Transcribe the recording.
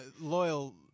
Loyal